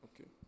Okay